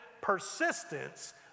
persistence